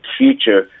future